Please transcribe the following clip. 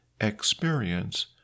experience